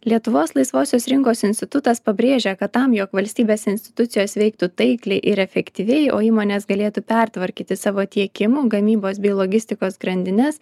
lietuvos laisvosios rinkos institutas pabrėžia kad tam jog valstybės institucijos veiktų taikliai ir efektyviai o įmonės galėtų pertvarkyti savo tiekimo gamybos bei logistikos grandines